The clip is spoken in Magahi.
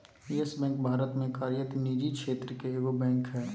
यस बैंक भारत में कार्यरत निजी क्षेत्र के एगो बैंक हइ